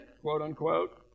quote-unquote